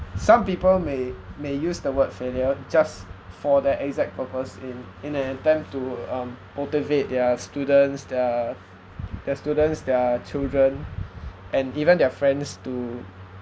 some people may may use the word failure just for the exact purpose in in an attempt to um motivate their students their their students their children and even their friends to